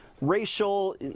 racial